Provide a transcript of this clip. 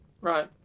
Right